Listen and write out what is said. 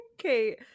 okay